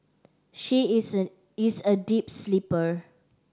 she is a a deep sleeper